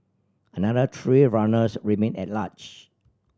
another three runners remain at large